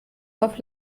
auf